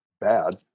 bad